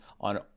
on